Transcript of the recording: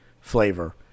flavor